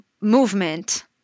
movement